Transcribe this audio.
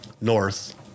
north